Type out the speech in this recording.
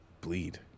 bleed